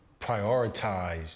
prioritized